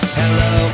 hello